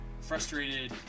frustrated